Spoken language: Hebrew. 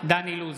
דן אילוז,